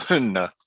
No